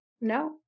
No